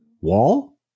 wall